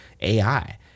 AI